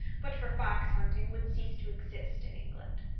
but for fox-hunting, would cease to exist in england.